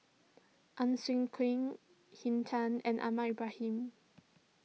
Ang Swee Aun Henn Tan and Ahmad Ibrahim